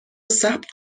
ثبت